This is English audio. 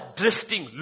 drifting